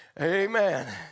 Amen